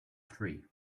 three